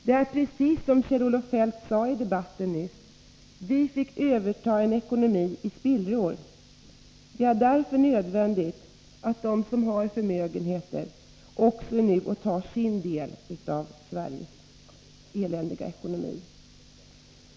Det är precis som Kjell-Olof Feldt sade i debatten nyss: vi fick överta en ekonomi i spillror. Det är därför nödvändigt att de som har förmögenheter nu får ta sin del av Sveriges eländiga ekonomi.